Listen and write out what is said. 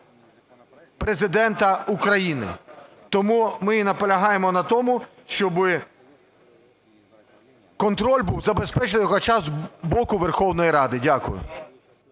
Президента України. Тому ми і наполягаємо на тому, щоб контроль був забезпечений хоча б з боку Верховної Ради. Дякую.